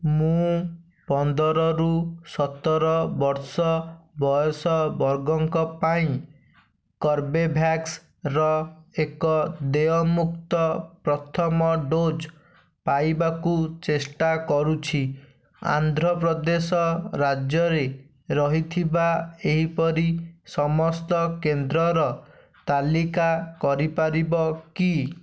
ମୁଁ ପନ୍ଦରରୁ ସତର ବର୍ଷ ବୟସ ବର୍ଗଙ୍କ ପାଇଁ କର୍ବେଭ୍ୟାକ୍ସର ଏକ ଦେୟମୁକ୍ତ ପ୍ରଥମ ଡୋଜ୍ ପାଇବାକୁ ଚେଷ୍ଟା କରୁଛି ଆନ୍ଧ୍ରପ୍ରଦେଶ ରାଜ୍ୟରେ ରହିଥିବା ଏହିପରି ସମସ୍ତ କେନ୍ଦ୍ରର ତାଲିକା କରିପାରିବ କି